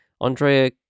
Andrea